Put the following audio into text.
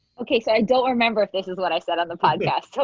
okay, so i don't remember if this is what i said on the podcast.